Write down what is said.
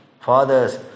fathers